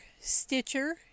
Stitcher